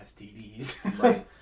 STDs